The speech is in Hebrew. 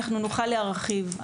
אנחנו נוכל להרחיב.